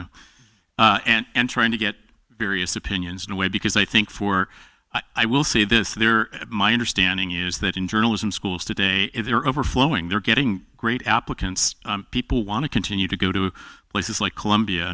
know and trying to get various opinions in a way because i think for i will say this there my understanding is that in journalism schools today they are overflowing they're getting great applicants people want to continue to go to places like columbia